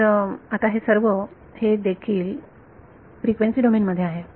तर आता हे सर्व हे हेदेखील फ्रिक्वेन्सी डोमेन मध्ये आहे